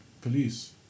police